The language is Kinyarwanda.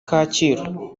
kacyiru